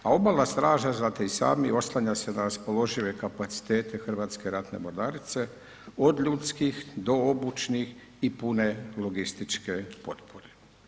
A obalna straža, znate i sami oslanja se na raspoložive kapacitete Hrvatske ratne mornarice, od ljudskih do obučnih i pune logističke potpore.